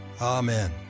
Amen